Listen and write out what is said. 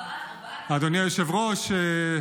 אדוני היושב-ראש,